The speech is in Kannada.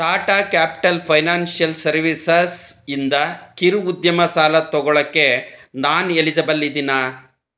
ಟಾಟಾ ಕ್ಯಾಪಿಟಲ್ ಫೈನಾನ್ಷಿಯಲ್ ಸರ್ವೀಸಸಿಂದ ಕಿರು ಉದ್ಯಮ ಸಾಲ ತೊಗೊಳಕ್ಕೆ ನಾನು ಎಲಿಜಿಬಲ್ ಇದ್ದೀನಾ